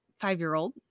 five-year-old